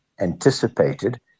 anticipated